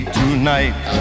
tonight